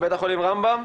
מבית חולים רמב"ם,